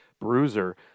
bruiser